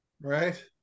Right